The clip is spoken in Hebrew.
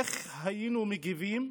איך היינו מגיבים,